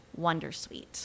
Wondersuite